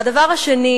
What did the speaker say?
והדבר השני,